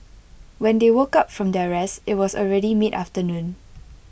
when they woke up from their rest IT was already mid afternoon